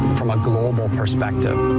from a global perspective.